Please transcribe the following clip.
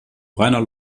reiner